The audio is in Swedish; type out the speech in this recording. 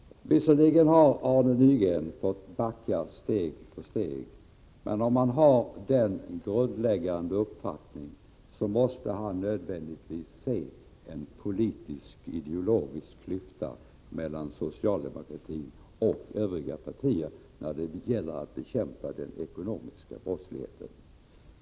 Visserligen har Arne Nygren fått backa steg för steg, men om han har denna grundläggande uppfattning måste han nödvändigtvis se en politisk, ideologisk klyfta mellan socialdemokratin och övriga partier när det gäller att bekämpa den ekonomiska brottsligheten.